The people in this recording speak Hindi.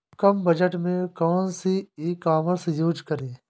कम बजट में कौन सी ई कॉमर्स यूज़ करें?